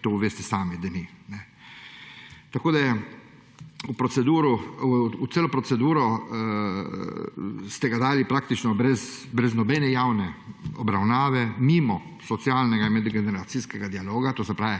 to veste sami, da ni. V celotno proceduro ste ga dali praktično brez javne obravnave, mimo socialnega in medgeneracijskega dialoga, se pravi,